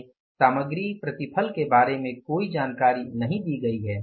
हमें सामग्री प्रतिफल के बारे में कोई जानकारी नहीं दी गई है